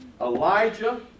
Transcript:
Elijah